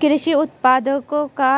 कृषि उत्पादों का